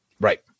Right